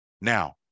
Now